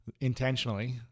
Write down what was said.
intentionally